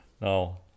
No